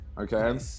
Okay